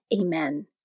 Amen